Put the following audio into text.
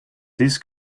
this